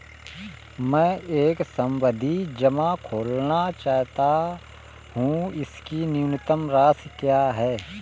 मैं एक सावधि जमा खोलना चाहता हूं इसकी न्यूनतम राशि क्या है?